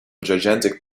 gigantic